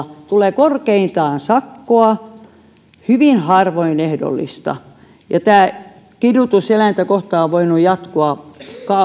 tulee korkeintaan sakkoa hyvin harvoin ehdollista ja tämä kidutus eläintä kohtaan on voinut jatkua